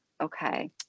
Okay